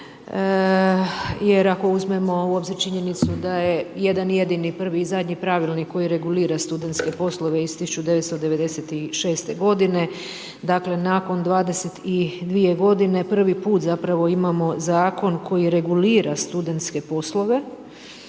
Jer ako uzmemo u obzir činjenicu da je jedan jedini prvi i zadnji pravilnik koji regulira studentske poslove iz 1996. godine dakle, nakon 22 godine prvi put zapravo imamo zakon koji regulira studentske poslove